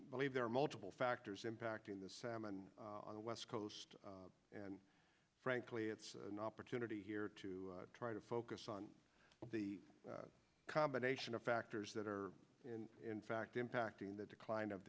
believe there are multiple factors impacting the salmon on the west coast and frankly it's an opportunity here to try to focus on the combination of factors that are in fact impacting the decline of